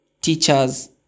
teachers